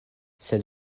sed